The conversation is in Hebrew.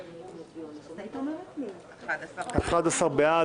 11. 11 בעד.